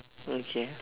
okay